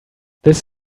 this